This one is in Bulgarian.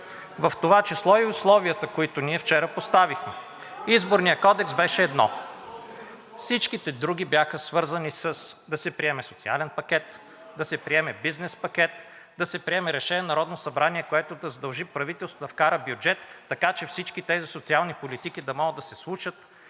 в това число и условията, които ние вчера поставихме. Изборният кодекс беше едното, всичките други бяха свързани със: да се приеме социален пакет, да се приеме бизнес пакет, да се приеме решение на Народното събрание, което да задължи правителството да вкара бюджет, така че всички тези социални политики да могат да се случат.